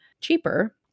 cheaper